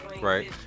Right